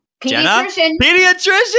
Pediatrician